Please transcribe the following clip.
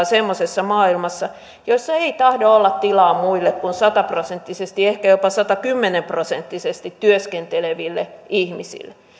semmoisessa maailmassa jossa ei tahdo olla tilaa muille kuin sataprosenttisesti ehkä jopa satakymmenprosenttisesti työskenteleville ihmisille